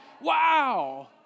Wow